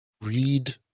Read